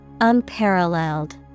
Unparalleled